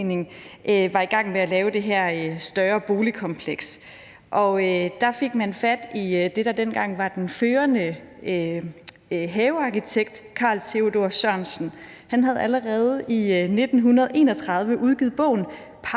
var i gang med at lave det her større boligkompleks, og der fik man fat i ham, der dengang var den førende havearkitekt, Carl Theodor Sørensen. Han havde allerede i 1931 udgivet bogen